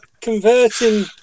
converting